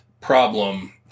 problem